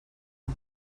you